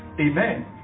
Amen